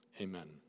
Amen